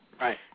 Right